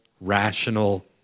rational